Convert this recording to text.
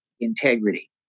integrity